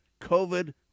COVID